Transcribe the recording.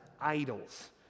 idols